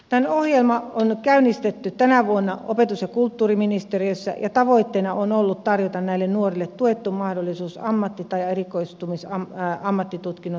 tämä ohjelma on käynnistetty tänä vuonna opetus ja kulttuuriministeriössä ja tavoitteena on ollut tarjota näille nuorille tuettu mahdollisuus ammattitutkinnon tai erikoistumisammattitutkinnon suorittamiseen